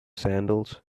sandals